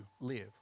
live